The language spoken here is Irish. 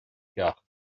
ceacht